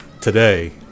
today